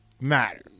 matter